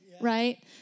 right